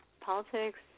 politics